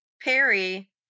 Perry